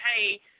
hey